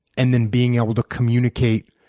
and then being able to communicate